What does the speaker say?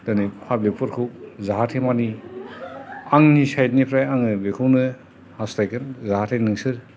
दिनै पाब्लिक फोरखौ जाहाथे माने आंनि साइद निफ्राय आङो बिखौनो हास्थायगोन जाहाथे नोंसोर